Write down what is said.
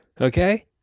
Okay